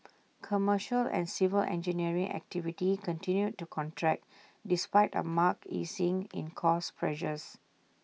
commercial and civil engineering activity continued to contract despite A marked easing in cost pressures